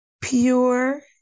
Pure